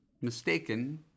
mistaken